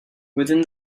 within